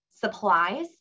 supplies